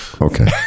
Okay